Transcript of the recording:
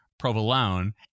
provolone